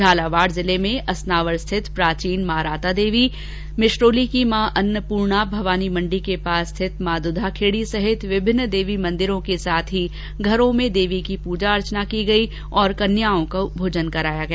झालावाड जिले में असनावर रिथित प्रचीन मा राता देवी मिश्रोली की मां अन्नपूर्णा भवानीमण्डी के पास स्थित मा दुधाखेडी सहित विभिन्न देवी मंदिरों के साथ ही घरों में देवी की पूजा अर्चेना के साथ कन्याओं को भोजन करवाया गया